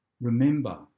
Remember